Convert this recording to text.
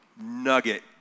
nugget